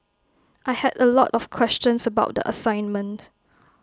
I had A lot of questions about the assignment